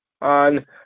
on